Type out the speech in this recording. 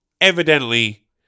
evidently